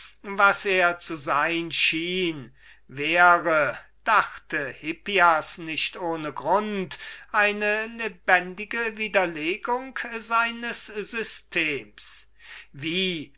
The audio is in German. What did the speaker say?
was er zu sein schien wäre dachte der weise mann nicht ohne grund eine lebendige widerlegung seines systems wie